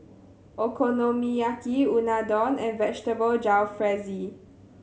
Okonomiyaki Unadon and Vegetable Jalfrezi